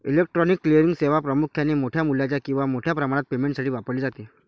electronic clearing सेवा प्रामुख्याने मोठ्या मूल्याच्या किंवा मोठ्या प्रमाणात पेमेंटसाठी वापरली जाते